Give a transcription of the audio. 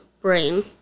brain